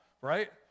right